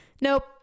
Nope